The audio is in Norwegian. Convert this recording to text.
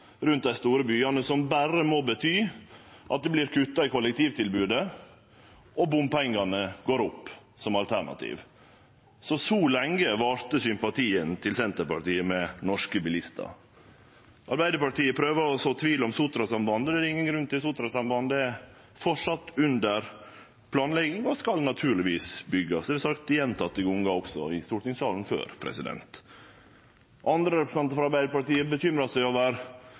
rundt dei store byane, som berre må bety at det vert kutta i kollektivtilbodet og bompengane går opp, som alternativ. Så lenge varte sympatien til Senterpartiet med norske bilistar. Arbeidarpartiet prøver å så tvil om Sotrasambandet. Det er det ingen grunn til. Sotrasambandet er framleis under planlegging og skal naturlegvis byggjast. Det har eg sagt gjentekne gonger i stortingssalen før. Andre representantar frå Arbeidarpartiet bekymrar seg over